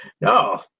no